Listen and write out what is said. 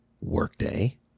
Workday